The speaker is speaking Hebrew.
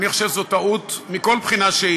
אני חושב שזו טעות מכל בחינה.